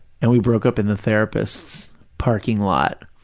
and we broke up in the therapist's parking lot.